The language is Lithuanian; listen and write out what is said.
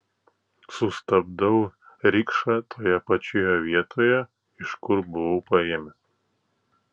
sustabdau rikšą toje pačioje vietoje iš kur buvau paėmęs